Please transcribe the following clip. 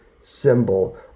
symbol